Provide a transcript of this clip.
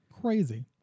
Crazy